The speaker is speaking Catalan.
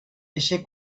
eixe